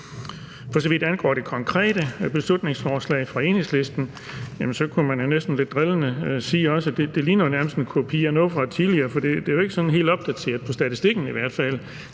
For så vidt angår det konkrete beslutningsforslag fra Enhedslisten, kunne man næsten lidt drillende sige, at det nærmest ligner en kopi af noget fra et tidligere forslag, for det er jo ikke sådan helt opdateret, i hvert fald